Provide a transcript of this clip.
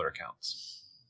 accounts